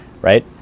right